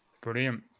Brilliant